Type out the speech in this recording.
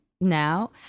now